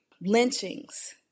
lynchings